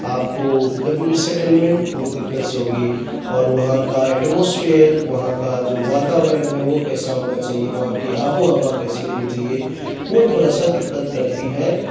آپ کو کبھی بھی سیٹلمنٹ بہت دقت سے ہوگی اور وہاں کا ایٹماسفیئر وہاں کا جو واتاورن ہے وہ کیسا ہونا چاہیے وہاں کی آب و ہوا کیسی ہونی چاہیے وہ تھورا سا دقت کرتی ہے